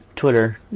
Twitter